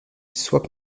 soit